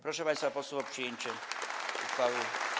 Proszę państwa posłów o przyjęcie uchwały.